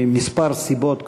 מכמה סיבות,